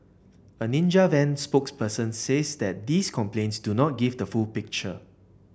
a Ninja Van spokesperson says that these complaints do not give the full picture